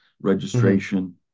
registration